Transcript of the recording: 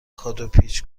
کادوپیچ